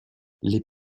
les